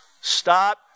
Stop